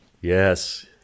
Yes